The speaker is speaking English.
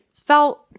felt